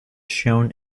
shown